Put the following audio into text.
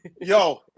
Yo